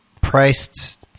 priced